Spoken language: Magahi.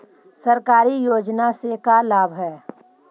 सरकारी योजना से का लाभ है?